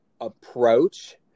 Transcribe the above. approach